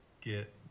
get